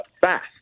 fast